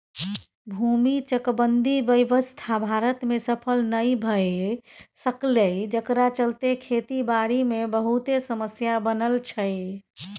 भूमि चकबंदी व्यवस्था भारत में सफल नइ भए सकलै जकरा चलते खेती बारी मे बहुते समस्या बनल छै